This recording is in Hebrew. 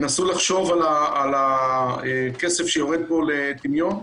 תנסו לחשוב על הכסף שיורד פה לטמיון.